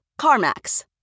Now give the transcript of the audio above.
CarMax